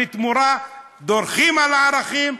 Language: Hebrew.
ובתמורה דורכים על הערכים,